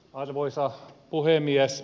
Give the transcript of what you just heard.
arvoisa puhemies